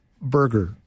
burger